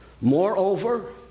Moreover